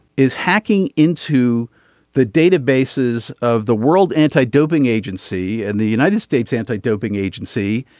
is hacking into the databases of the world anti-doping agency and the united states anti-doping agency.